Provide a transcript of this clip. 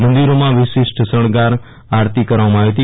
મંદિરોમાં વિશિષ્ટ શણગાર આરતી કરવામાં આવી હતી